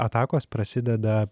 atakos prasideda